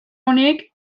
honek